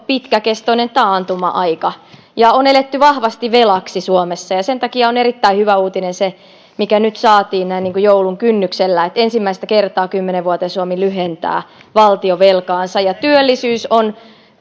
pitkäkestoinen taantuma aika ja on eletty vahvasti velaksi suomessa sen takia on erittäin hyvä uutinen se mikä nyt saatiin näin joulun kynnyksellä että ensimmäistä kertaa kymmeneen vuoteen suomi lyhentää valtionvelkaansa ja työllisyys on